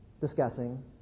discussing